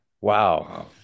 Wow